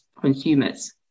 consumers